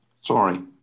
Sorry